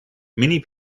many